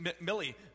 Millie